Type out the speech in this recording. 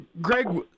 Greg